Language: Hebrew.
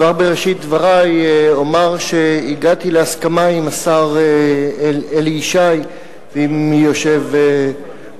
כבר בראשית דברי אומר שהגעתי להסכמה עם השר אלי ישי ועם יושב-ראש